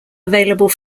available